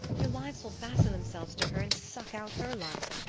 their lies will fasten themselves to her and suck out her life.